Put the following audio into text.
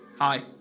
hi